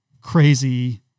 crazy